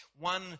one